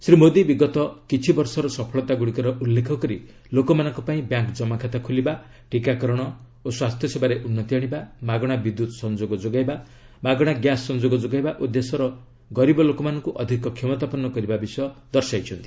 ଶ୍ରୀ ମୋଦୀ ବିଗତ କିଛିବର୍ଷର ସଫଳତାଗୁଡ଼ିକର ଉଲ୍ଲେଖ କରି ଲୋକମାନଙ୍କ ପାଇଁ ବ୍ୟାଙ୍କ ଜମାଖାତା ଖୋଲିବା ଟିକାକରଣ ଓ ସ୍ୱାସ୍ଥ୍ୟସେବାରେ ଉନ୍ନତି ଆଶିବା ମାଗଣା ବିଦ୍ୟୁତ୍ ସଂଯୋଗ ଯୋଗାଇବା ମାଗଣା ଗ୍ୟାସ୍ ସଂଯୋଗ ଯୋଗାଇବା ଓ ଦେଶର ଗରିବ ଲୋକମାନଙ୍କୁ ଅଧିକ କ୍ଷମତାପନ୍ନ କରିବା ବିଷୟ ଦର୍ଶାଇଛନ୍ତି